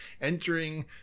entering